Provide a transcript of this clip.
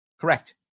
Correct